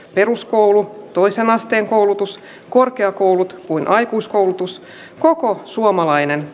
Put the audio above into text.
peruskoulu toisen asteen koulutus korkeakoulut kuin aikuiskoulutuskin koko suomalainen